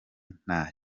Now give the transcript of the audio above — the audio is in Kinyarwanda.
nta